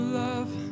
love